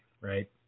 right